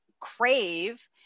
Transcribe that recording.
crave